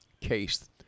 case